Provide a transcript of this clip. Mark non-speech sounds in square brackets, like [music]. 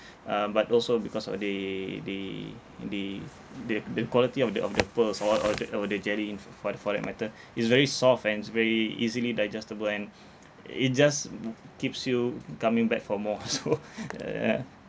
uh but also because of they they they the the quality of the of the pearls or or the or the jelly in f~ for that for that matter it's very soft and it's very easily digestible and it just [noise] keeps you coming back for more [laughs] so [noise]